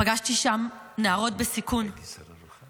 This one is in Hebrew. פגשתי שם נערות בסיכון -- הייתי שר הרווחה.